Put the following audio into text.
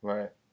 Right